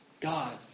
God